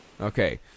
Okay